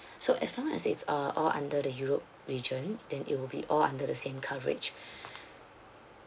so as long as it's uh all under the europe region then it will be all under the same coverage